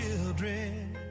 children